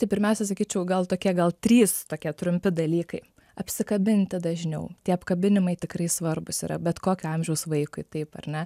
tai pirmiausia sakyčiau gal tokie gal trys tokie trumpi dalykai apsikabinti dažniau tie apkabinimai tikrai svarbūs yra bet kokio amžiaus vaikui taip ar ne